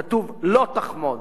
כתוב: לא תחמוד.